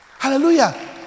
Hallelujah